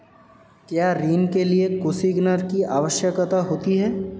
क्या ऋण के लिए कोसिग्नर की आवश्यकता होती है?